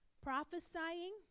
Prophesying